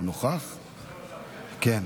הוא נוכח, כן,